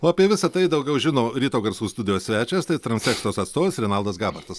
o apie visa tai daugiau žino ryto garsų studijos svečias tai transekstos atstovas renaldas gabartas